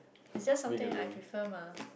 it's just something I prefer mah